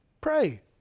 Pray